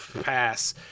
Pass